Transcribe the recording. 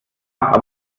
aber